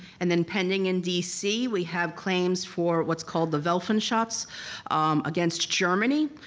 and then pending in dc we have claims for what's called the welfenschatz against germany,